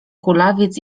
kulawiec